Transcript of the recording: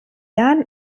jahren